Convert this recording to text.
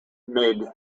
made